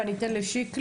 ואני אתן לשיקלי,